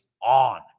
on